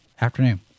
afternoon